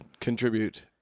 contribute